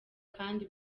kandi